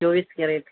चोवीस कॅरेट